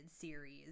series